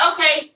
Okay